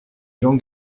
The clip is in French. jean